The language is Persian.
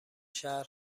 شهر